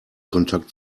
kontakt